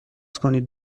کنید